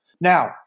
Now